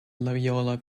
loyola